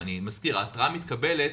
אני מזכיר שההתרעה מתקבלת